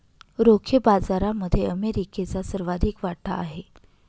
रोखे बाजारामध्ये अमेरिकेचा सर्वाधिक वाटा आहे